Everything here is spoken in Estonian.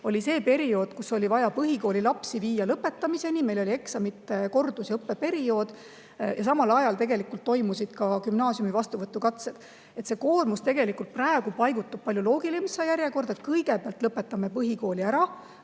oli periood, kus oli vaja põhikoolilapsi viia lõpetamiseni. See oli eksamiteks kordamise ja õppeperiood, ja samal ajal toimusid ka gümnaasiumide vastuvõtukatsed. See koormus tegelikult paigutub palju loogilisemasse järjekorda: kõigepealt lõpetame põhikooli ära,